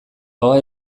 ahoa